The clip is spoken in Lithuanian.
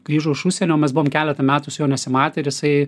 grįžo iš užsienio mes buvom keletą metų su juo nesimatę ir jisai